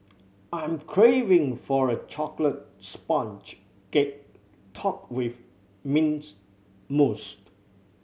I'm craving for a chocolate sponge cake topped with mint moussed